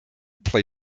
play